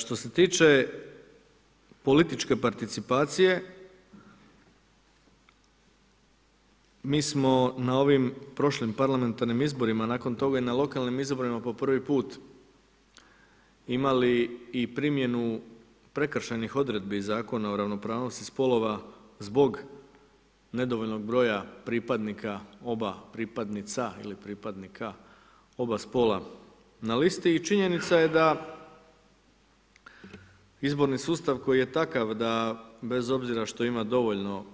Što se tiče političke participacije mi smo na ovim prošlim Parlamentarnim izborima, nakon toga i na lokalnim izborima po prvi put imali i primjenu prekršajnih odredbi Zakona o ravnopravnosti spolova zbog nedovoljnog broja pripadnika oba, pripadnica ili pripadnika oba spola na listi i činjenica je da izborni sustav koji je takav da bez obzira što ima dovoljno